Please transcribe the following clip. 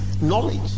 knowledge